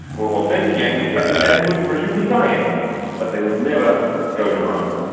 were authentic anglicans and would, presumably, die anglicans, but they would never go to rome.